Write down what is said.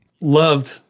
loved